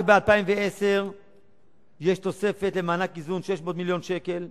רק ב-2010 יש תוספת למענק איזון 600 מיליון שקלים,